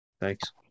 Thanks